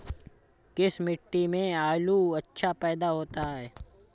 किस मिट्टी में आलू अच्छा पैदा होता है?